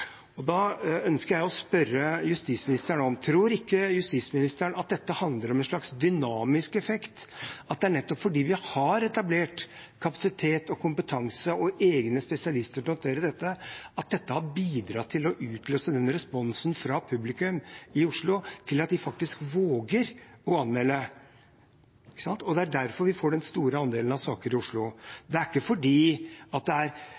Da ønsker jeg å spørre justisministeren: Tror ikke justisministeren at dette handler om en slags dynamisk effekt, at nettopp det at vi har etablert kapasitet, kompetanse og egne spesialister til å håndtere dette, har bidratt til å utløse denne responsen fra publikum i Oslo, slik at de faktisk våger å anmelde? Det er derfor vi får den store andelen av saker i Oslo. Det er ikke fordi det er mye mer hatkriminalitet i Oslo enn andre steder. Jeg tror at grunnen til at det er